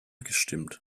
gestimmt